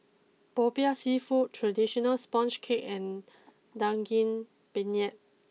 Popiah Seafood traditional Sponge Cake and Daging Penyet